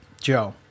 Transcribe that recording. Joe